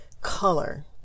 Color